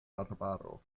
arbaro